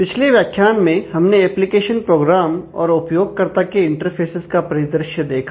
पिछले व्याख्यान में हमने एप्लीकेशन प्रोग्राम और उपयोगकर्ता के इंटरफ़ेसेज का परिदृश्य देखा